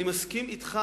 אני מסכים אתך,